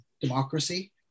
democracy